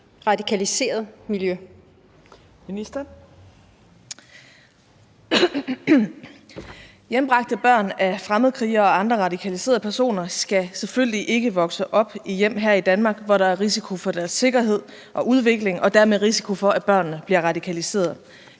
(Astrid Krag): Hjembragte børn af fremmedkrigere og andre radikaliserede personer skal selvfølgelig ikke vokse op i hjem her i Danmark, hvor der er risiko for deres sikkerhed og udvikling og dermed risiko for, at børnene bliver radikaliserede.